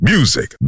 Music